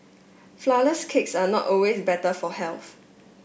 flourless cakes are not always better for health